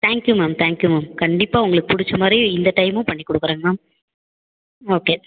thank you ma'am thank you ma'am கண்டிப்பாக உங்களுக்கு பிடிச்ச மாதிரி இந்த டைமும் பண்ணி கொடுக்குறேங்க மேம் ஓகே